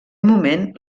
moment